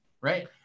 right